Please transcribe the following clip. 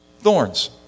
Thorns